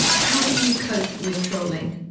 how do you cope with trolling,